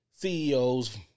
CEOs